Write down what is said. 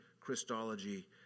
Christology